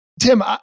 Tim